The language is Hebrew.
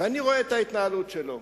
ואני רואה את ההתנהלות שלו.